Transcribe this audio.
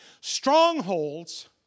strongholds